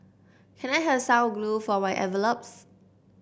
can I have some glue for my envelopes